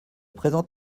présent